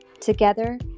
together